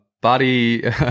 body